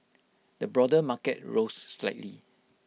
the broader market rose slightly